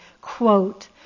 quote